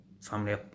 family